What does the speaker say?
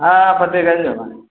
हाँ हाँ फतेहगन्ज बा